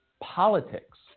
politics